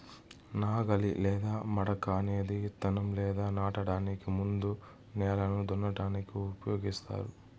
నాగలి లేదా మడక అనేది ఇత్తనం లేదా నాటడానికి ముందు నేలను దున్నటానికి ఉపయోగిస్తారు